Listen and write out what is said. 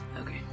okay